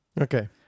Okay